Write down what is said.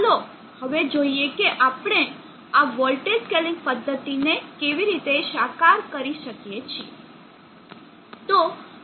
ચાલો હવે જોઈએ કે આપણે આ વોલ્ટેજ સ્કેલિંગ પદ્ધતિને કેવી રીતે સાકાર કરીએ છીએ